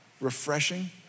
Refreshing